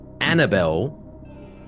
annabelle